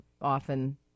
often